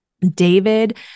David